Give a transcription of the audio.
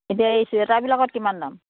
এতিয়া এই চুৱেটাৰ বিলাকত কিমান দাম